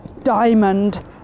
diamond